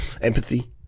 Empathy